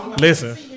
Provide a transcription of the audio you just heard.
Listen